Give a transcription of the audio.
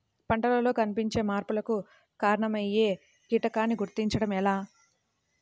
పంటలలో కనిపించే మార్పులకు కారణమయ్యే కీటకాన్ని గుర్తుంచటం ఎలా?